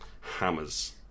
Hammers